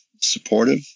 supportive